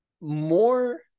more